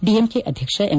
DMK ಅಧಕ್ಷ M